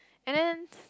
and then